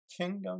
kingdom